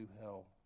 hell